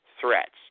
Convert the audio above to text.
threats